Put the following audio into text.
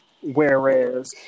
whereas